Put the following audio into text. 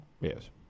Yes